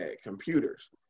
computers